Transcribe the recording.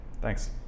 thanks